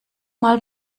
mal